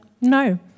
No